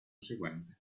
seguente